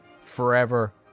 forever